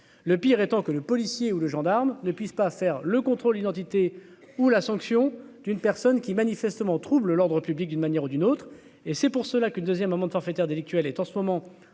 le pire étant que le policier ou le gendarme ne puisse pas faire le contrôle d'identité ou la sanction d'une personne qui est manifestement trouble l'ordre public, d'une manière ou d'une autre, et c'est pour cela qu'une 2ème amende forfaitaire délictuelle est en ce moment